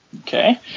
Okay